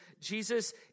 Jesus